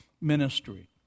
ministry